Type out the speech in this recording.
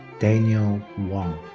daniel wong.